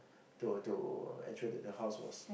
to to ensure that the house was